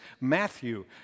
Matthew